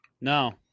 No